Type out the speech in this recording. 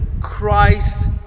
Christ